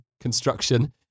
construction